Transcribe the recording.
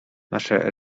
nasze